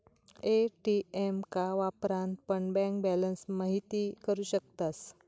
ATM का वापरान पण बँक बॅलंस महिती करू शकतास